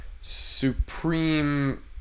supreme